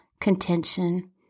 contention